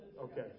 Okay